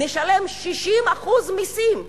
נשלם 60% מסים,